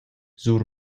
sur